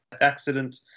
accident